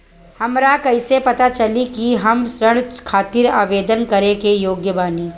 हमरा कईसे पता चली कि हम ऋण खातिर आवेदन करे के योग्य बानी?